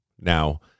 Now